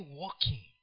walking